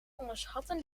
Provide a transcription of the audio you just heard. onderschatten